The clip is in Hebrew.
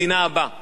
הוא כבר אומר הנה,